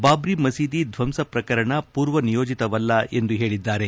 ಬಾಬ್ರಿ ಮಸೀದಿ ಧ್ವಂಸ ಪ್ರಕರಣ ಪೂರ್ವ ನಿಯೋಜಿತವಲ್ಲ ಎಂದು ಹೇಳಿದ್ದಾರೆ